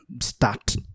start